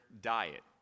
diet